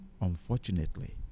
unfortunately